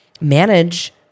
manage